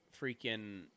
freaking